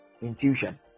Intuition